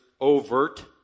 overt